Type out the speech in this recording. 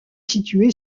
situé